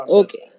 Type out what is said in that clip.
okay